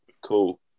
cool